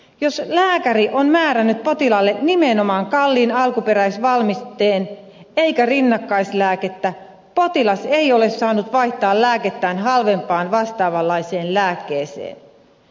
jos lääkäri on määrännyt potilaalle nimenomaan kalliin alkuperäisvalmisteen eikä rinnakkaislääkettä potilas ei ole saanut vaihtaa lääkettään halvempaan vastaavanlaiseen lääkkeeseen